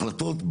החלטות,